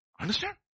Understand